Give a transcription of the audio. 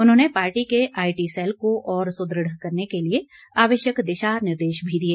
उन्होंने पार्टी के IT cell को और सुदृढ़ करने के लिए आवश्यक दिशा निर्देश भी दिए